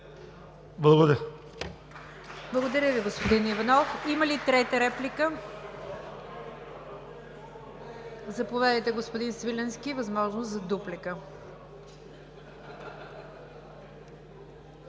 Благодаря Ви, господин Иванов. Има ли трета реплика? Заповядайте, господин Свиленски, имате възможност за дуплика.